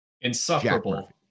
insufferable